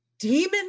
Demon